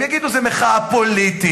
הם יגידו: זו מחאה פוליטית,